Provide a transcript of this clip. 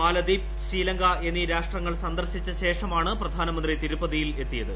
മാലദ്വീപ് ശ്രീലങ്ക എന്നീ രാഷ്ട്രങ്ങൾ സന്ദർശിച്ച് ശേഷമാണ് പ്രധാനമന്ത്രി തിരുപ്പതിയിൽ എത്തിയത്